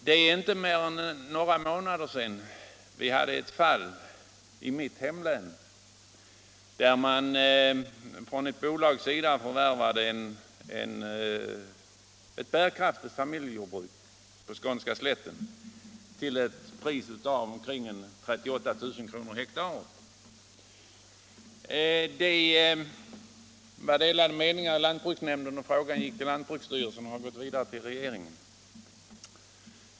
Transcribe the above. Det är inte mer än några månader sedan vi hade ett fall i mitt hemlän, där ett bolag förvärvade ett bärkraftigt familjejordbruk på den skånska slätten till ett pris av omkring 38 000 kr. per hektar. Det rådde delade meningar i lantbruksnämnden, och frågan gick till lantbruksstyrelsen och har gått vidare till regeringen.